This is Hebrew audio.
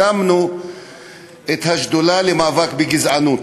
הקמנו את השדולה למאבק בגזענות.